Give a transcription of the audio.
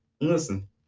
Listen